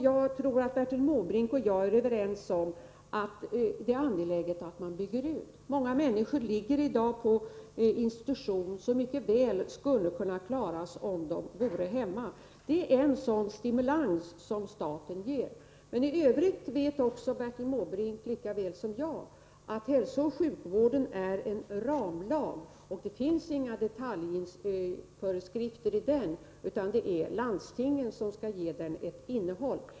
Jag tror också att Bertil Måbrink och jag är överens om att det är angeläget att bygga ut denna vård. Många människor, som i dag vistas på en institution, skulle mycket väl kunna klara sig hemma. Staten vill utöka möjligheterna därtill genom det nämnda stödet. I övrigt vet Bertil Måbrink lika väl som jag att hälsooch sjukvårdslagen är en ramlag. Det finns inga detaljföreskrifter i den, utan det är landstingen som skall ge lagen ett innehåll.